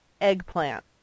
eggplant